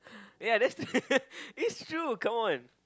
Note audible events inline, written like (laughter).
ya that's true (laughs) it's true come on